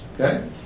Okay